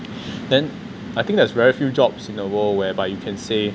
then I think there's very few jobs in the world whereby you can say